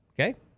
Okay